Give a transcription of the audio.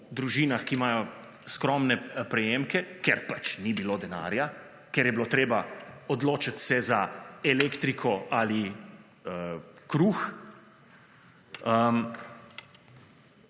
družinah, ki imajo skromne prejemke, ker ni bilo denarja, ker je bilo treba odločiti se za elektriko ali kruh.